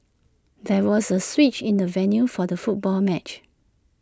there was A switch in the venue for the football match